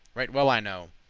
right well i know,